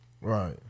Right